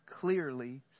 clearly